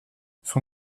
son